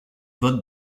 votes